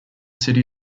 city